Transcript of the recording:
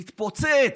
מתפוצץ.